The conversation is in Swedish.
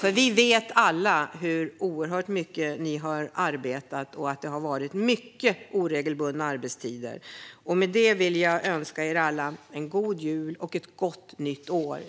Vi vet alla hur oerhört mycket ni har arbetat och att det har varit mycket oregelbundna arbetstider. Med detta vill jag önska er alla en god jul och ett gott nytt år.